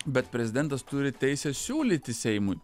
bet prezidentas turi teisę siūlyti seimui